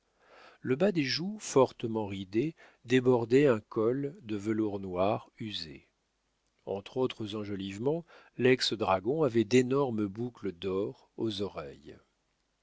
le bas des joues fortement ridé débordait un col de velours noir usé entre autres enjolivements lex dragon avait d'énormes boucles d'or aux oreilles